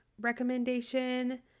recommendation